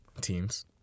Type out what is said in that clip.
teams